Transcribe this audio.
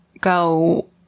go